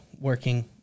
working